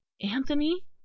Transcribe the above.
anthony